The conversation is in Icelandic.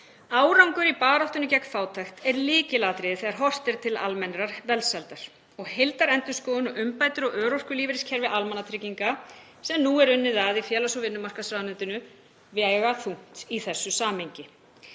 Árangur í baráttunni gegn fátækt er lykilatriði þegar horft er til almennrar velsældar. Heildarendurskoðun og umbætur á örorkulífeyriskerfi almannatrygginga, sem nú er unnið að í félags- og vinnumarkaðsráðuneytinu, vega þungt í þessu samhengi.